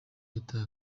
yataye